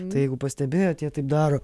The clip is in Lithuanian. tai jeigu pastebėjot jie taip daro